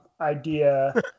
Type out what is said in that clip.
idea